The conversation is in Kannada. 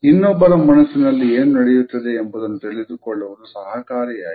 ಇನ್ನೊಬ್ಬರ ಮನಸ್ಸಿನಲ್ಲಿ ಏನು ನಡೆಯುತ್ತಿದೆ ಎಂಬುದನ್ನು ತಿಳಿದುಕೊಳ್ಳುವುದು ಸಹಕಾರಿಯಾಗಿದೆ